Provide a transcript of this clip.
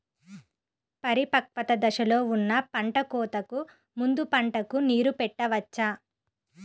పరిపక్వత దశలో ఉన్న పంట కోతకు ముందు పంటకు నీరు పెట్టవచ్చా?